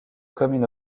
commune